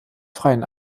freien